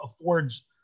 affords